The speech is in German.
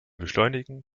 beschleunigen